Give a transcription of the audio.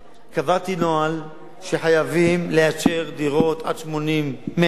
קבעתי נוהל, שחייבים לאשר דירות עד 80 מ"ר,